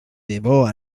debò